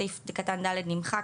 סעיף קטן (ד) נמחק,